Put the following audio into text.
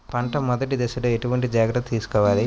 పంట మెదటి దశలో ఎటువంటి జాగ్రత్తలు తీసుకోవాలి?